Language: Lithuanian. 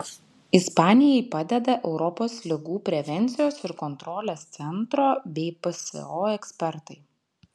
ispanijai padeda europos ligų prevencijos ir kontrolės centro bei pso ekspertai